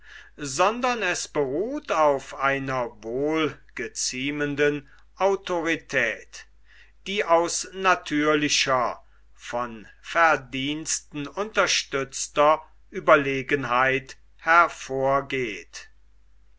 sondern es beruht auf einer wohlgeziemenden autorität die aus natürlicher von verdiensten unterstützter ueberlegenheit hervorgeht